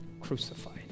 crucified